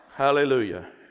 Hallelujah